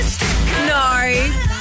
No